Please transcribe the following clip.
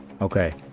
okay